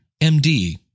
MD